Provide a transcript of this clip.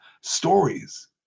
stories